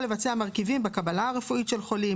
לבצע מרכיבים בקבלה הרפואית של חולים,